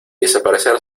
desaparecer